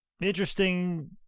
interesting